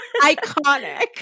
Iconic